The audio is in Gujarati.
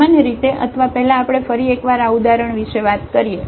સામાન્ય રીતે અથવા પહેલા આપણે ફરી એક વાર આ ઉદાહરણ વિશે વાત કરીએ